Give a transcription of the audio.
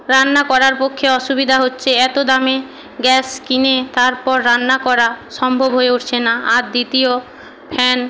রান্না করার পক্ষে অসুবিধা হচ্ছে এত দামে গ্যাস কিনে তারপর রান্না করা সম্ভব হয়ে উঠছে না আর দ্বিতীয় ফ্যান